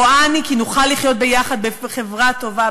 רואה אני כי נוכל לחיות ביחד בחברה טובה,